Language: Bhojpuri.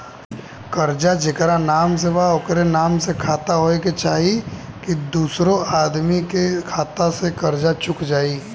कर्जा जेकरा नाम से बा ओकरे नाम के खाता होए के चाही की दोस्रो आदमी के खाता से कर्जा चुक जाइ?